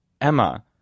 Emma